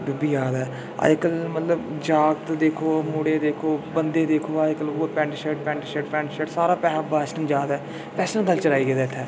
डुब्बी जा दा ऐ अज्ज कल मतलब जागत दिक्खो मुड़े दिक्खो बंदे दिक्खो अज्ज कल उ'ऐ pant shirt pant shirt pant shirt सारा पहनावा वैस्ट्रन जा दा ऐ वैस्ट्रन कल्चर आइ गेदा दा इत्थै